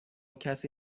کسی